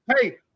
Hey